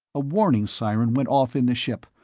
a warning siren went off in the ship,